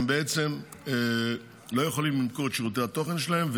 הם בעצם לא יכולים למכור את שירותי התוכן שלהם.